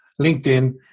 LinkedIn